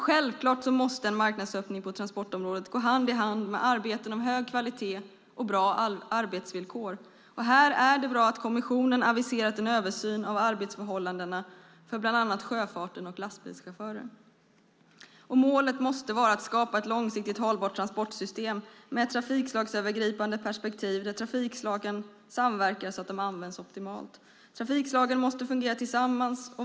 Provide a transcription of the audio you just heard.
Självklart måste en marknadsöppning på transportområdet gå hand i hand med arbeten med hög kvalitet och bra arbetsvillkor. Här är det bra att kommissionen aviserat en översyn av arbetsförhållandena bland annat inom sjöfarten och för lastbilschaufförer. Målet måste vara att skapa ett långsiktigt hållbart transportsystem med ett trafikslagsövergripande perspektiv där trafikslagen samverkar så att de används optimalt. Trafikslagen måste fungera tillsammans.